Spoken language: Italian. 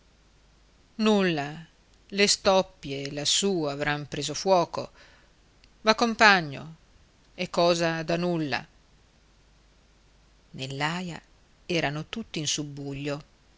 nulla le stoppie lassù avran preso fuoco v'accompagno è cosa da nulla nell'aia erano tutti in subbuglio